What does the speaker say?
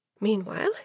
Meanwhile